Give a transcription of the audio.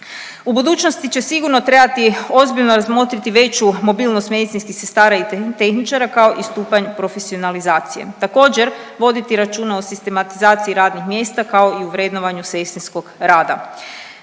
U budućnosti će sigurno trebati ozbiljno razmotriti veću mobilnost medicinskih sestara i tehničara kao i stupanj profesionalizacije. Također voditi računa o sistematizaciji radnih mjesta kao i o vrednovanju sestrinskog rada.